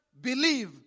believe